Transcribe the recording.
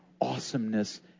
awesomeness